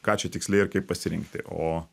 ką čia tiksliai ir kaip pasirinkti o